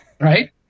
Right